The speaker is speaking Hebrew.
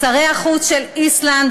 שרי החוץ של איסלנד,